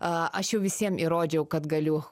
aš jau visiem įrodžiau kad galiu